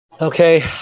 Okay